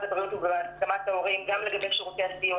הבריאות ובהסכמת ההורים גם לגבי שירותי הסיוע,